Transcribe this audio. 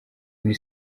muri